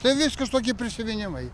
tai viskas tokie prisiminimai